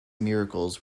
miracles